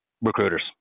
recruiters